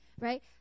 right